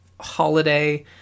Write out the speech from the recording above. holiday